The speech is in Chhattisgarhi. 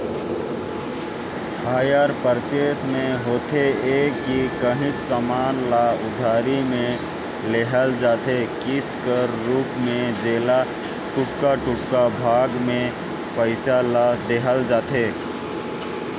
हायर परचेस में होथे ए कि काहींच समान ल उधारी में लेहल जाथे किस्त कर रूप में जेला टुड़का टुड़का भाग में पइसा ल देहल जाथे